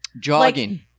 jogging